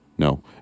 No